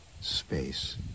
space